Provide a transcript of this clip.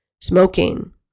smoking